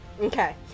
Okay